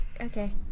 Okay